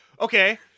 Okay